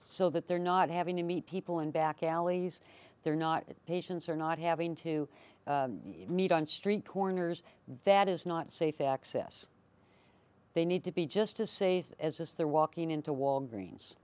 so that they're not having to meet people in back alleys they're not patients are not having to meet on street corners that is not safe access they need to be just as safe as they're walking into walgreens